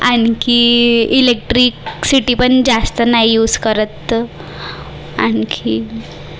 आणखी इलेक्ट्रिक सिटीपण जास्त नाही युस करत आणखीन